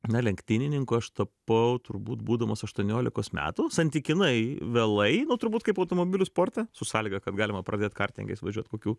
na lenktynininku aš tapau turbūt būdamas aštuoniolikos metų santykinai vėlai turbūt kaip automobilių sporte su sąlyga kad galima pradėt kartingais važiuot kokių